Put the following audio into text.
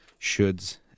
shoulds